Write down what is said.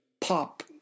pop